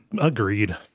agreed